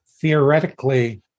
Theoretically